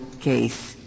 case